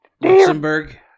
Luxembourg